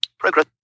progress